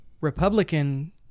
Republican